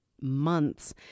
months